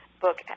book